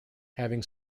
having